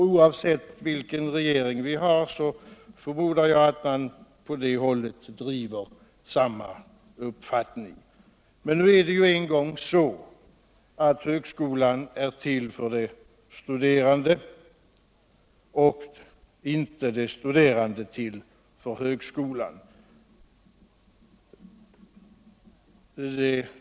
Oavsett vilken regering vi har förmodar jag att man på det hållet driver samma uppfattning. Men nu är det ju en gång så, att högskolan är till för de studerande och inte de studerande för högskolan.